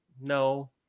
No